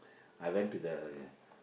I went to the